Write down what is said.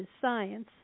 science